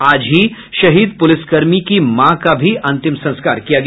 आज ही शहीद पुलिसकर्मी की मां का भी अंतिम संस्कार किया गया